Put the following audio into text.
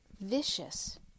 vicious